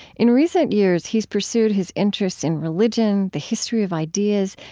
in recent years, he's pursued his interests in religion, the history of ideas,